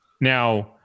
Now